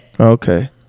Okay